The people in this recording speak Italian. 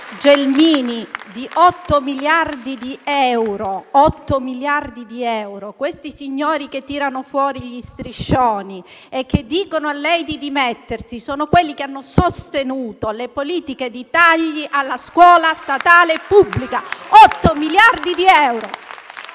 Gelmini di 8 miliardi di euro. I signori che tirano fuori gli striscioni e dicono a lei di dimettersi sono quelli che hanno sostenuto le politiche di tagli alla scuola statale pubblica per 8 miliardi di euro.